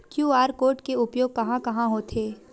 QR code के उपयोग कहां कहां होथे?